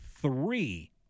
three